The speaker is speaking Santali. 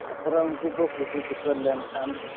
ᱛᱟᱯᱚᱨᱮ ᱩᱱᱠᱩ ᱠᱚ ᱠᱩᱥᱤ ᱠᱩᱥᱟᱹᱞ ᱞᱮᱱ ᱠᱷᱟᱱ